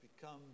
become